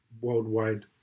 worldwide